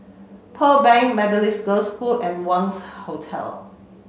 Pearl Bank Methodist Girls' School and Wangz Hotel